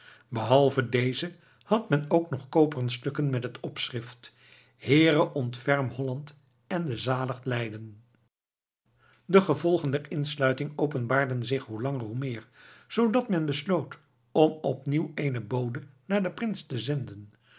behalve deze had men ook nog koperen stukken met het omschrift heere ontfermt holland ende salight leyden de gevolgen der insluiting openbaarden zich hoe langer hoe meer zoodat men besloot om opnieuw eenen bode naar den prins te zenden